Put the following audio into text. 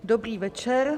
Dobrý večer.